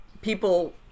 people